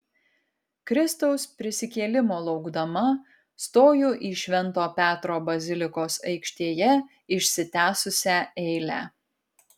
kristaus prisikėlimo laukdama stoju į švento petro bazilikos aikštėje išsitęsusią eilę